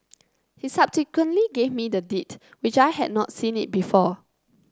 he subsequently gave me the Deed which I had not seen it before